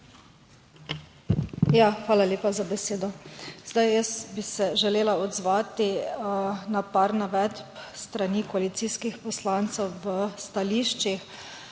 Ja, hvala lepa za besedo. Zdaj, jaz bi se želela odzvati na par navedb s strani koalicijskih poslancev v stališčih.